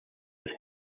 was